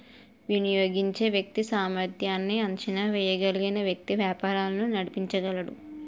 వినియోగించే వ్యక్తి సామర్ధ్యాన్ని అంచనా వేయగలిగిన వ్యక్తి వ్యాపారాలు నడిపించగలడు